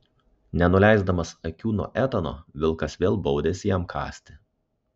nenuleisdamas akių nuo etano vilkas vėl baudėsi jam kąsti